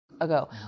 ago